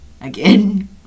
Again